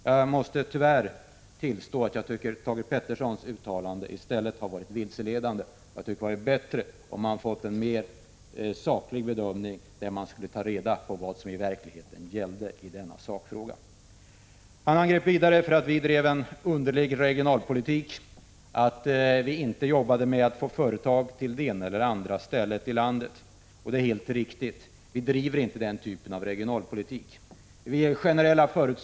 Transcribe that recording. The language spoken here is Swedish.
Jag måste tyvärr tillstå att jag tycker att Thage Petersons uttalanden i stället har varit vilseledande. Det hade varit bättre om vi hade fått en mer saklig bedömning som underlag när vi skulle ta reda på vad som verkligen gällde i denna sakfråga. Thage Peterson angrep mig vidare för att vi bedriver en underlig regionalpolitik, för att vi inte jobbar med att få företag till det ena eller andra stället i landet. Det är helt riktigt. Vi bedriver inte den typen av regionalpolitik. Vi vill ge generell hjälp.